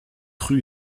rue